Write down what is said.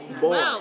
Boy